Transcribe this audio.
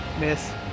Miss